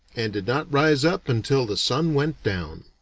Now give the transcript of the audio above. and did not rise up until the sun went down.